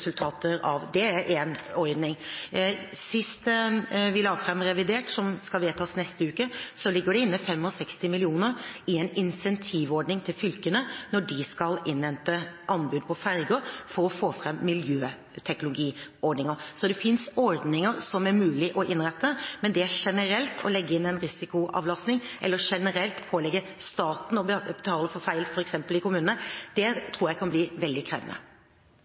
resultater av. Det er én ordning. I revidert, som skal vedtas neste uke, ligger det inne 65 mill. kr i en incentivordning til fylkene når de skal innhente anbud på ferger, for å få fram miljøteknologiordninger. Så det fins ordninger som det er mulig å innrette, men det generelt å legge inn en risikoavlastning eller generelt pålegge staten å betale for feil f.eks. i kommunene, tror jeg kan bli veldig krevende.